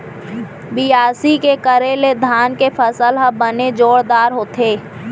बियासी के करे ले धान के फसल ह बने जोरदार होथे